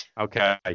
okay